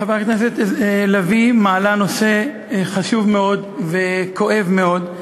חברת הכנסת לביא מעלה נושא חשוב מאוד וכואב מאוד.